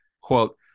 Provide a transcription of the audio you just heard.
quote